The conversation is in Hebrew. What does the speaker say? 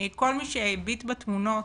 כל מי שהביט בתמונות,